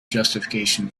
justification